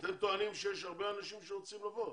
אתם טוענים שיש הרבה אנשים שרוצים לבוא.